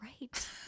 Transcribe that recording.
Right